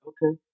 Okay